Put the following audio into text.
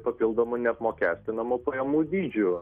papildomu neapmokestinamu pajamų dydžiu